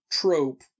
trope